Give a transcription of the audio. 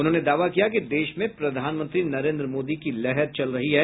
उन्होंने दावा किया कि देश में प्रधानमंत्री नरेन्द्र मोदी की लहर चल रही है